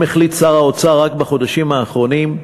החליט שר האוצר רק בחודשים האחרונים,